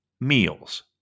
meals